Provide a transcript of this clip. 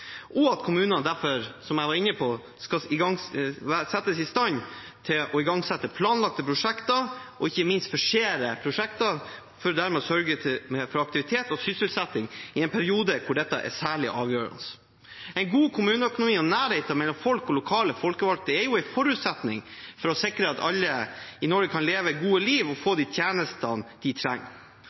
stand til å igangsette planlagte prosjekter og ikke minst forsere prosjekter for dermed å sørge for aktivitet og sysselsetting i en periode hvor dette er særlig avgjørende. En god kommuneøkonomi og nærhet mellom folk og lokale folkevalgte er en forutsetning for å sikre at alle i Norge kan leve et godt liv og få de tjenestene de trenger.